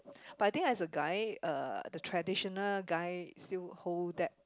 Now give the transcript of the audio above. but I think as a guy uh the traditional guy still hold that